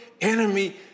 enemy